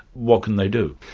what can they do?